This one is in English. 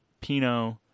Pinot